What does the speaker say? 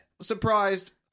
surprised